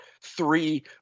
three